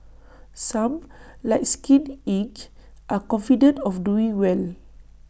some like skin Inc are confident of doing well